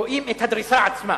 רואים את הדריסה עצמה.